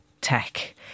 tech